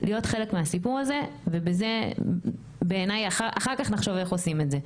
להיות חלק מהסיפור הזה ובזה בעיניי אחר כך נחשוב איך עושים את זה.